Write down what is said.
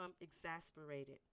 exasperated